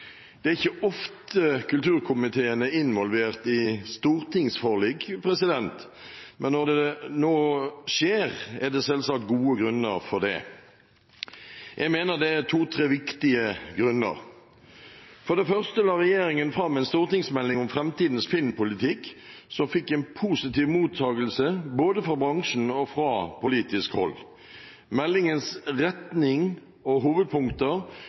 Det er ikke ofte kulturkomiteen er involvert i stortingsforlik, men når det nå skjer, er det selvsagt gode grunner for det. Jeg mener det er to–tre viktige grunner. For det første la regjeringen fram en stortingsmelding om framtidens filmpolitikk, som fikk en positiv mottagelse både fra bransjen og fra politisk hold. Meldingens retning og hovedpunkter